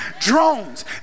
drones